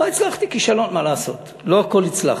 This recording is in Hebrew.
לא הצלחתי, כישלון, מה לעשות, לא הכול הצלחתי.